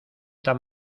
tan